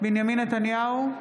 בנימין נתניהו,